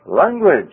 language